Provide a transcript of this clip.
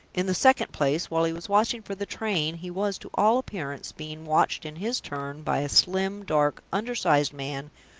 in the second place, while he was watching for the train, he was to all appearance being watched in his turn, by a slim, dark, undersized man,